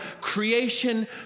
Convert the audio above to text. creation